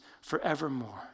forevermore